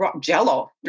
Jello